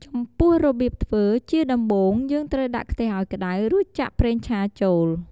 ចំពោះរបៀបធ្វើ ជាដំបូងយើងត្រូវដាក់ខ្ទះឱ្យក្តៅ រួចចាក់ប្រេងឆាចូល។